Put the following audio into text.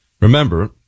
remember